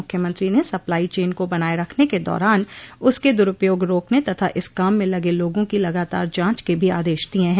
मुख्यमंत्री ने supply chain को बनाये रखने के दौरान उसके दुरूपयोग रोकने तथा इस काम में लगे लोगों की लगातार जांच के भी आदेश दिये हैं